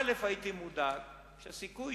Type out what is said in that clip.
ראשית, הייתי מודאג מפני שהסיכוי,